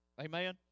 Amen